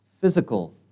Physical